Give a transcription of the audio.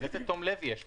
אז איזה תום לב יש פה?